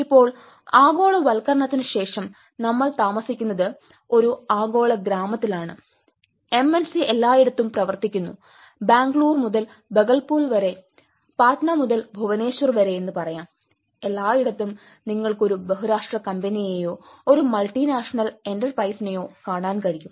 ഇപ്പോൾ ആഗോളവൽക്കരണത്തിനുശേഷം നമ്മൾ താമസിക്കുന്നത് ഒരു ആഗോള ഗ്രാമത്തിലാണ് എംഎൻസി എല്ലായിടത്തും പ്രവർത്തിക്കുന്നു ബാംഗ്ലൂർ മുതൽ ബാഗൽപൂർ വരെ പട്ന മുതൽ ഭുവനേശ്വർ വരെ എന്ന് പറയാം എല്ലായിടത്തും നിങ്ങൾക്ക് ഒരു ബഹുരാഷ്ട്ര കമ്പനിയെയോ ഒരു മൾട്ടിനാഷണൽ എന്റർപ്രൈസസിനെയോ കാണാൻ കഴിയും